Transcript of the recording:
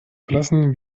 verlassen